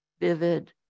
vivid